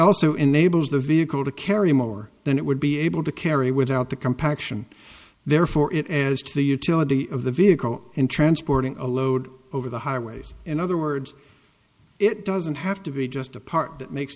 also enables the vehicle to carry more than it would be able to carry without the compaction therefore it as to the utility of the vehicle and transporting a load over the highways in other words it doesn't have to be just the part that makes